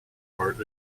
part